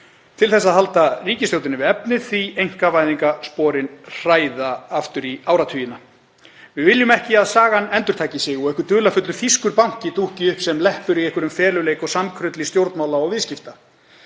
til að halda ríkisstjórninni við efnið því einkavæðingarsporin hræða aftur í áratugina. Við viljum ekki að sagan endurtaki sig og einhver dularfullur þýskur banki dúkki upp sem leppur í einhverjum feluleik og samkrulli stjórnmála og viðskipta.